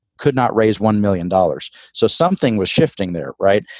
could not raise one million dollars. so something was shifting there. right.